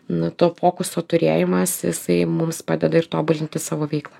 nu to fokuso turėjimas jisai mums padeda ir tobulinti savo veiklą